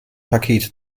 pakete